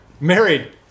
Married